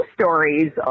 stories